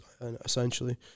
essentially